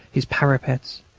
his parapets,